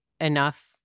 enough